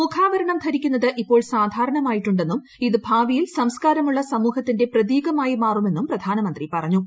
മുഖാവരണം ധരിക്കുന്നത് ഇപ്പോൾ സാധാരണമായിട്ടുണ്ടെന്നും ഇത് ഭാവിയിൽ സംസ്കാരമുള്ള സമൂഹത്തിന്റെ പ്രതീകമായി മാറുമെന്നും പ്രധാനമന്ത്രി പറഞ്ഞു